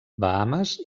bahames